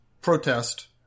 protest